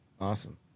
Awesome